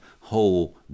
whole